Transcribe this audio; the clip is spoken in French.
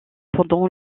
pendant